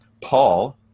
Paul